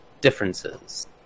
differences